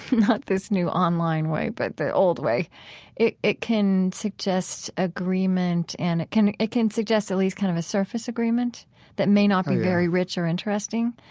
not this new online way, but the old way it it can suggest agreement and it can it can suggest at least kind of a surface agreement that may not be very rich or interesting.